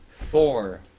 four